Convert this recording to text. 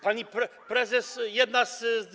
Pani prezes, jedna z.